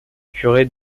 curé